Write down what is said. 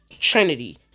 trinity